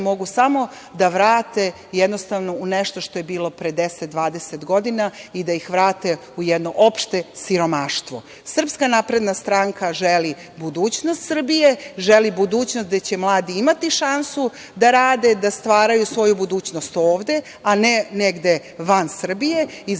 mogu samo da vrate u nešto što je bilo pre 10, 20 godina i da ih vrate u jedno opšte siromaštvo. Srpska napredna stranka želi budućnost Srbije, želi budućnost gde će mladi imati šansu da rade, da stvaraju svoju budućnost ovde, a ne negde van Srbije i